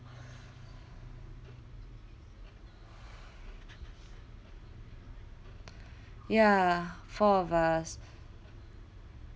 ya four of us